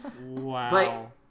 Wow